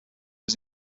was